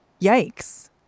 Yikes